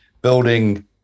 building